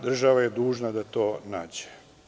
Država je dužna da to nađe.